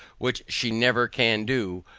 which she never can do,